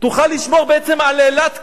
תוכל לשמור בעצם על אילת כעיר.